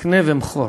"קנה ומכור".